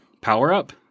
power-up